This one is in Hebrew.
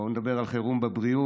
בואו נדבר על חירום בבריאות,